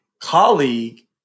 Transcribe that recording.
colleague